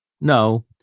no